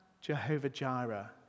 Jehovah-Jireh